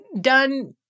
done